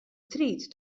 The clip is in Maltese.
trid